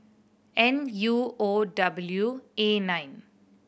N U O W A nine